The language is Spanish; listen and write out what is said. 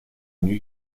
new